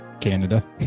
Canada